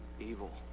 evil